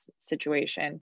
situation